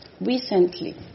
Recently